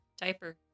diaper